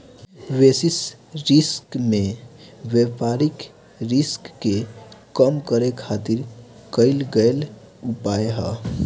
basis risk में व्यापारिक risk के कम करे खातिर कईल गयेल उपाय ह